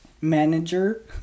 Manager